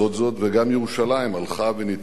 וגם ירושלים הלכה ונתכווצה,